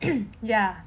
ya